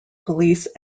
police